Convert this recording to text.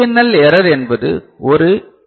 L error என்பது ஒரு ஏ